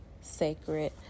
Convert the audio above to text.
sacred